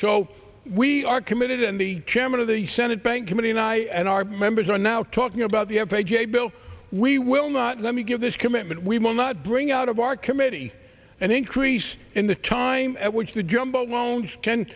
so we are committed and the chairman of the senate banking union i and our members are now talking about the f h a bill we will not let me give this commitment we will not bring out of our committee an increase in the time at which the jumbo loans can